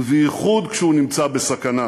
ובייחוד כשהוא נמצא בסכנה,